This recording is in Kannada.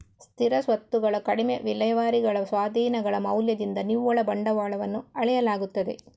ಸ್ಥಿರ ಸ್ವತ್ತುಗಳ ಕಡಿಮೆ ವಿಲೇವಾರಿಗಳ ಸ್ವಾಧೀನಗಳ ಮೌಲ್ಯದಿಂದ ನಿವ್ವಳ ಬಂಡವಾಳವನ್ನು ಅಳೆಯಲಾಗುತ್ತದೆ